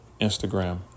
Instagram